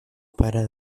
para